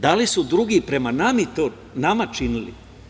Da li su drugi prema nama to činili?